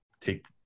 take